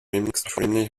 extremely